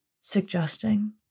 suggesting